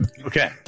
Okay